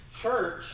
church